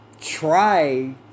try